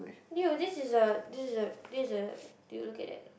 !eww! this is a this is a this is a did you look at that